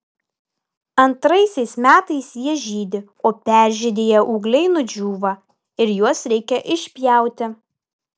antraisiais metais jie žydi o peržydėję ūgliai nudžiūva ir juos reikia išpjauti